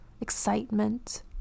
excitement